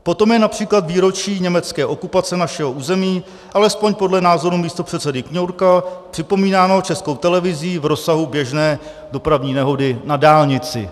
Potom je například výročí německé okupace našeho území, alespoň podle názoru místopředsedy Kňourka, připomínáno Českou televizí v rozsahu běžné dopravní nehody na dálnici.